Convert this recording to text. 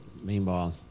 meanwhile